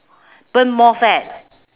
burn more fat